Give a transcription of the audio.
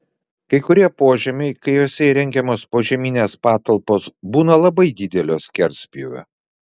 kai kurie požemiai kai juose įrengiamos požeminės patalpos būna labai didelio skerspjūvio